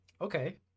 Okay